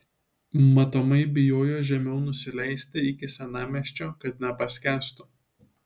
matomai bijojo žemiau nusileisti iki senamiesčio kad nepaskęstų